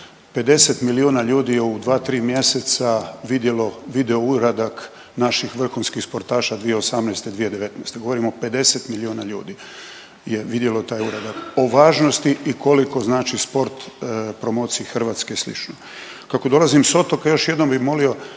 50 miliona ljudi je u 2-3 mjeseca vidjelo video uradak naših vrhunskih sportaša 2018.-2019., govorim o 50 miliona ljudi je vidjelo taj uradak. O važnosti koliko znači sport promociji Hrvatske i slično. Kako dolazim s otoka još jednom bih molio